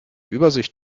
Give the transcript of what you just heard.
übersicht